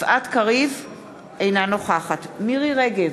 אינה נוכחת מירי רגב,